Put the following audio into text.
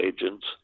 agents